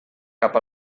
cap